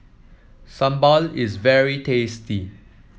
sambal is very tasty